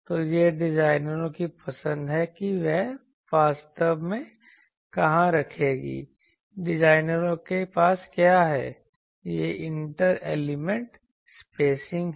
तो यह डिजाइनरों की पसंद है कि वह वास्तव में कहां रखेगी डिजाइनरों के पास क्या है यह इंटर एलिमेंट स्पेसिंग है